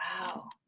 Wow